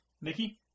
Nikki